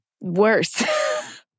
worse